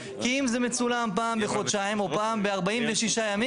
כי אם זה יהיה מצולם פעם בחודשיים או פעם ב-46 ימים,